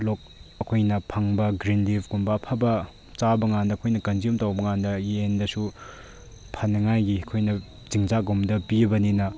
ꯑꯩꯈꯣꯏꯅ ꯐꯪꯕ ꯒ꯭ꯔꯤꯟ ꯂꯤꯐꯀꯨꯝꯕ ꯑꯐꯕ ꯆꯥꯕꯀꯥꯟꯗ ꯑꯩꯈꯣꯏꯅ ꯀꯟꯖ꯭ꯌꯨꯝ ꯇꯧꯕꯀꯥꯟꯗ ꯌꯦꯟꯗꯁꯨ ꯐꯅꯉꯥꯏꯒꯤ ꯑꯩꯈꯣꯏꯅ ꯆꯤꯟꯖꯥꯛꯀꯨꯝꯕꯗ ꯄꯤꯕꯅꯤꯅ